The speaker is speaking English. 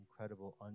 incredible